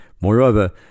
Moreover